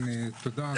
כן, תודה.